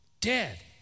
Dead